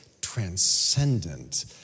transcendent